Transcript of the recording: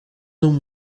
loom